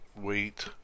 Wait